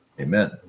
Amen